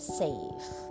safe